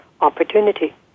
opportunity